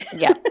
yeah, but